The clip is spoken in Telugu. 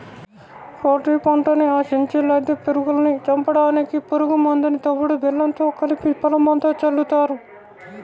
పత్తి పంటని ఆశించే లద్దె పురుగుల్ని చంపడానికి పురుగు మందుని తవుడు బెల్లంతో కలిపి పొలమంతా చల్లుతారు